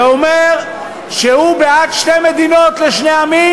ואומר שהוא בעד שתי מדינות לשני עמים